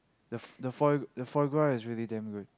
the f~ the foie the foie-gras is really damn good